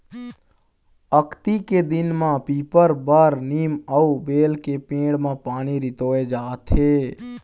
अक्ती के दिन म पीपर, बर, नीम अउ बेल के पेड़ म पानी रितोय जाथे